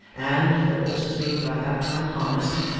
and, the horses being by that time harnessed,